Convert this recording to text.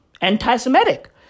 anti-Semitic